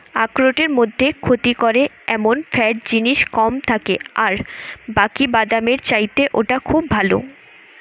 আখরোটের মধ্যে ক্ষতি করে এমন ফ্যাট জিনিস কম থাকে আর বাকি বাদামের চাইতে ওটা খুব ভালো